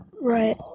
right